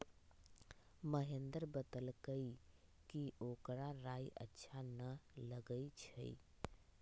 महेंदर बतलकई कि ओकरा राइ अच्छा न लगई छई